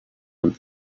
and